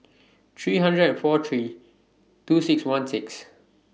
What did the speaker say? three hundred and four three two six one six